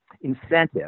incentive